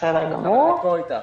בסדר גמור.